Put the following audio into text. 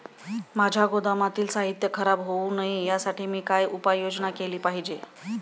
माझ्या गोदामातील साहित्य खराब होऊ नये यासाठी मी काय उपाय योजना केली पाहिजे?